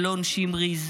אלון שמריז,